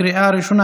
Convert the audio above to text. לקריאה ראשונה.